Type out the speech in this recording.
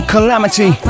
Calamity